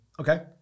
Okay